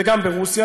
וגם ברוסיה,